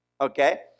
okay